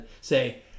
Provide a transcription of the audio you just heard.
say